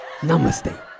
Namaste